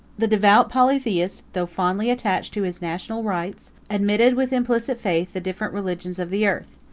the devout polytheist, though fondly attached to his national rites, admitted with implicit faith the different religions of the earth.